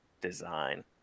design